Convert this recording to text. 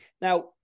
Now